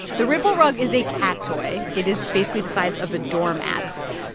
the ripple rug is a cat toy. it is basically the size of a doormat.